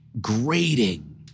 grating